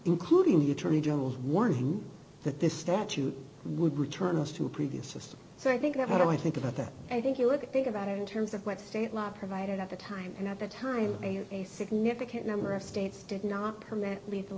including the attorney general's warning that this statute would return us to a previous system so i think that i think about that i think you would think about it in terms of what state law provided at the time and at the time a significant number of states did not permit lethal